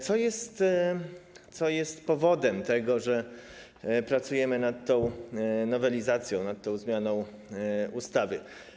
Co jest powodem tego, że pracujemy nad tą nowelizacją, nad tą zmianą ustawy?